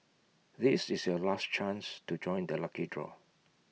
this is your last chance to join the lucky draw